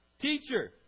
Teacher